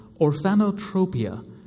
Orphanotropia